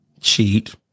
cheat